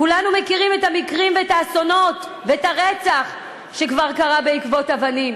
כולנו מכירים את המקרים ואת האסונות ואת הרצח שכבר קרו בעקבות אבנים.